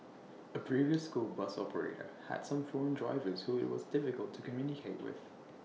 A previous school bus operator had some foreign drivers who IT was difficult to communicate with